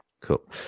Cool